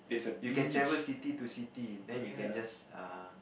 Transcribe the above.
you can travel city to city then you can just err